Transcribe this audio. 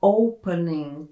opening